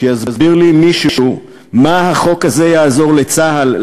שיסביר לי מישהו מה החוק הזה יעזור לצה"ל,